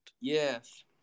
Yes